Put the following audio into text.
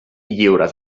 lliures